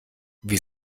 wie